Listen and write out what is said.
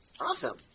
Awesome